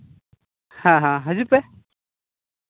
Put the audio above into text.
ᱦᱮᱸ ᱦᱮᱸ ᱦᱤᱡᱩᱜ ᱯᱮ